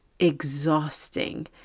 Exhausting